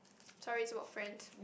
sorry it's about friends